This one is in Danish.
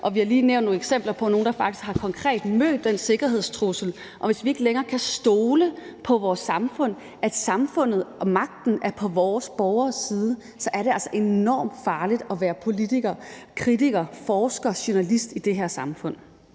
er lige blevet nævnt nogle eksempler på nogle, der faktisk konkret har mødt den sikkerhedstrussel, og hvis vi ikke længere kan stole på vores samfund, altså på, at samfundet og magten er på borgernes side, så er det altså enormt farligt at være politiker, kritiker, forsker og journalist i det her samfund.